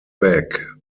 back